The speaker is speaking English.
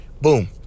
boom